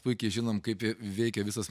puikiai žinom kaip veikia visas